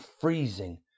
freezing